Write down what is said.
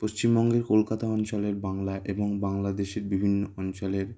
পশ্চিমবঙ্গের কলকাতা অঞ্চলের বাংলা এবং বাংলাদেশের বিভিন্ন অঞ্চলের